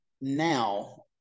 now